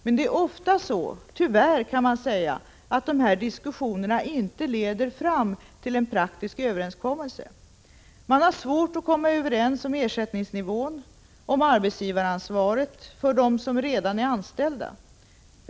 Men det är ofta så — tyvärr, kan man säga — att dessa diskussioner inte leder fram till en praktisk överenskommelse. Man har svårt att komma överens om ersättningsnivån och om arbetsgivaransvaret för dem som redan är anställda.